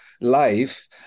life